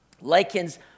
likens